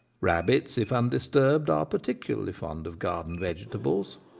rabbits, if undisturbed, are particularly fond of garden vegetables.